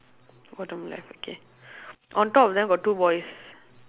hold on left okay on top of them got two boys